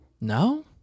no